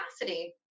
capacity